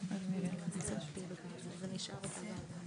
שהמועצה המאסדרת רשאית להיכנס